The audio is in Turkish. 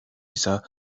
ise